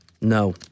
No